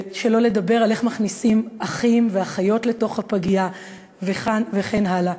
ושלא לדבר על איך מכניסים אחים ואחיות לתוך הפגייה וכן הלאה.